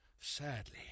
Sadly